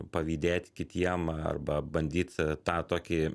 pavydėt kitiem arba bandyt tą tokį